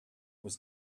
was